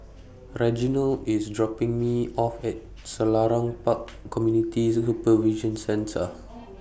Reginald IS dropping Me off At Selarang Park Community Supervision Centre